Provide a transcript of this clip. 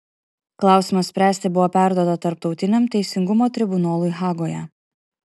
klausimą spręsti buvo perduota tarptautiniam teisingumo tribunolui hagoje